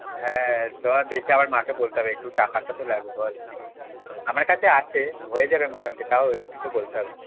হ্যাঁ চল দেখি আমার মাকে বলতে হবে একটু টাকাটা তো লাগবে বল ঠিক আমার কাছে আছে হয়ে যাবে মোটামুটি তাও একটু তো বলতে হবে